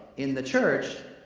in the church,